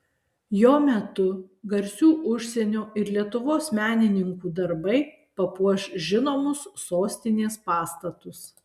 jo metu garsių užsienio ir lietuvos menininkų darbai papuoš žinomus sostinės pastatus